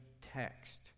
text